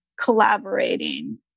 collaborating